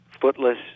footless